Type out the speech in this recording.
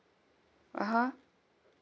(uh huh)